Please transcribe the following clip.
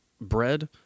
bread